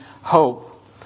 hope